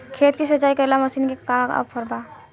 खेत के सिंचाई करेला मशीन के का ऑफर बा?